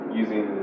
using